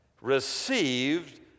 received